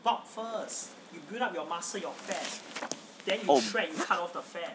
oh